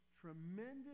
tremendous